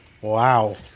Wow